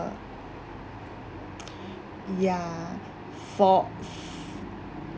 ya for